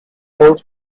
coast